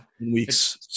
Weeks